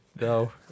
No